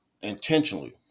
intentionally